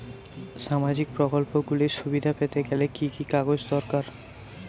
সামাজীক প্রকল্পগুলি সুবিধা পেতে গেলে কি কি কাগজ দরকার?